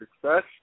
success